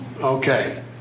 okay